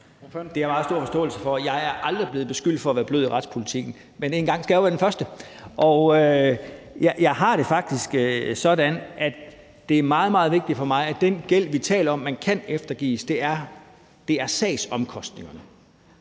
Det har jeg meget stor forståelse for. Jeg er aldrig blevet beskyldt for at være blød i retspolitikken, men en gang skal jo være den første. Jeg har det faktisk sådan, at det er meget, meget vigtigt for mig, at den gæld, vi taler om man kan eftergive, er som følge af sagsomkostningerne.